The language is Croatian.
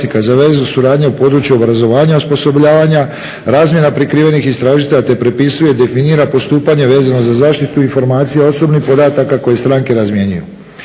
za vezu, suradnje u području obrazovanja i osposobljavanja, razmjena prikrivenih istražitelja te prepisuje i definira postupanje vezano za zaštitu informacija osobnih podataka koje stranke razmjenjuju.